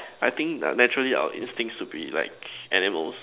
I think uh naturally our instincts will be like animals